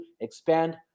expand